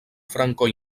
franco